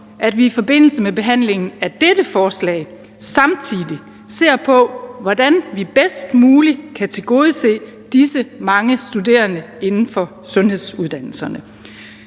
at vi i forbindelse med behandlingen af dette forslag samtidig ser på, hvordan vi bedst muligt kan tilgodese disse mange studerende inden for sundhedsuddannelserne.